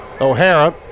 O'Hara